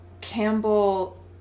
Campbell